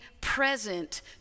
present